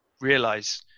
realize